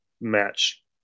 match